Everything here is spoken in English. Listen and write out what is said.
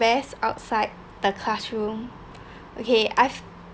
best outside the classroom okay I've